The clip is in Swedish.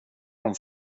dem